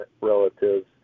relatives